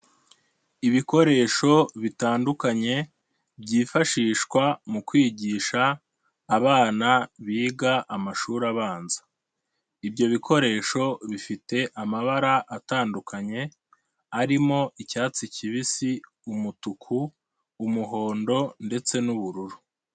lbikoresho bitandukanye ,byifashishwa mu kwigisha abana biga amashuri abanza, ibyo bikoresho bifite amabara atandukanye ,arimo icyatsi kibisi, umutuku ,umuhondo ,ndetse n'ubururu.